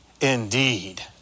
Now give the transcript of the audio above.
indeed